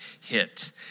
hit